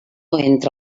entre